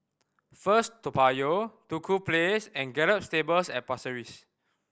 First Toa Payoh Duku Place and Gallop Stables at Pasir Ris